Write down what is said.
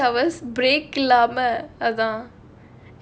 other six hours break இல்லாம அதான்:illaama athaan